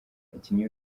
abakinnyi